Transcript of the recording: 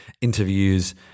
interviews